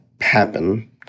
happen